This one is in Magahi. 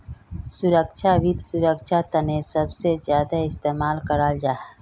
सुरक्षाक वित्त सुरक्षार तने सबसे ज्यादा इस्तेमाल कराल जाहा